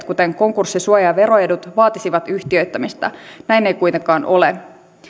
kuten konkurssisuoja ja veroedut vaatisivat yhtiöittämistä näin ei kuitenkaan ole